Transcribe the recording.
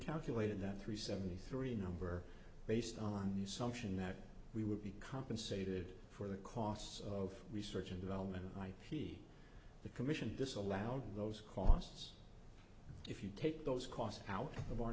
calculated that three seventy three number based on new sumption that we would be compensated for the costs of research and development might be the commission disallowed those costs if you take those costs out of our